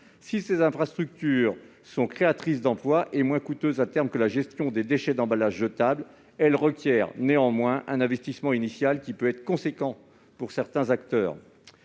Si ces infrastructures sont créatrices d'emplois et, à terme, moins coûteuses que la gestion des déchets d'emballages jetables, elles requièrent néanmoins un investissement initial qui peut être important pour certains acteurs.